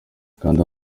kanda